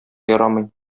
ярамый